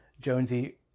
Jonesy